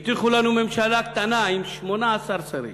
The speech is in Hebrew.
הבטיחו לנו ממשלה קטנה, עם 18 שרים,